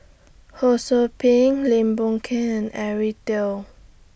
Ho SOU Ping Lim Boon Keng and Eric Teo